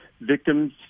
victims